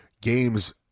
games